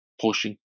pushing